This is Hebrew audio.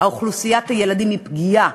אוכלוסיית הילדים פגיעה,